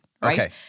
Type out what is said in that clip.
Right